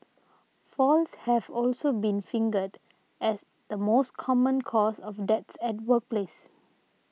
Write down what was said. falls have also been fingered as the most common cause of deaths at the workplace